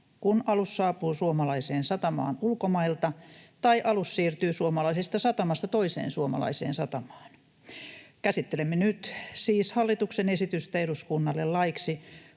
kun alus saapuu suomalaiseen satamaan ulkomailta tai alus siirtyy suomalaisesta satamasta toiseen suomalaiseen satamaan. Käsittelemme nyt siis hallituksen esitystä eduskunnalle laiksi